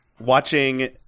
watching